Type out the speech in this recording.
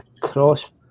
cross